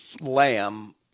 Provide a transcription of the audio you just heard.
lamb